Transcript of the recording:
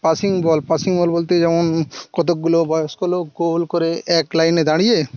passing ball passing ball বলতে যেমন কতোকগুলো বয়স্ক লোক গোল করে এক লাইনে দাঁড়িয়ে